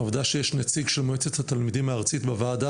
העובדה שיש נציג של מועצת התלמידים הארצית בוועדה